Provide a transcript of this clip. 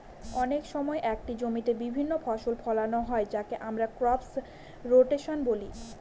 অনেক সময় একটি জমিতে বিভিন্ন ফসল ফোলানো হয় যাকে আমরা ক্রপ রোটেশন বলি